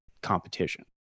competition